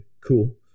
cool